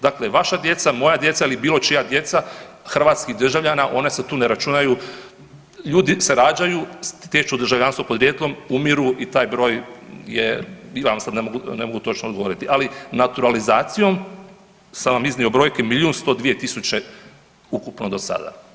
Dakle vaša djeca, moja djeca ili bilo čija djeca hrvatskih državljana, ona se tu ne računaju, ljudi se rađaju, stječu državljanstvo podrijetlom, umiru i taj broj je, ja vam sad ne mogu točno odgovoriti, ali naturalizacijom sam vam iznio brojke, 1 102 000 ukupno do sada.